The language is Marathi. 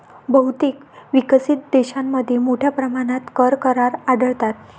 बहुतेक विकसित देशांमध्ये मोठ्या प्रमाणात कर करार आढळतात